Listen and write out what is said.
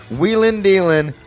wheeling-dealing